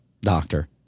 doctor